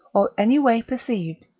or any way perceived,